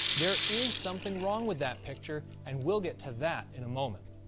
there is something wrong with that picture and we'll get to that in a moment.